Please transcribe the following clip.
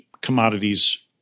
commodities